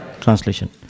Translation